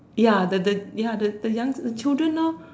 ya the the ya the young the children now